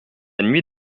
nuit